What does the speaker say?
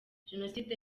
jenoside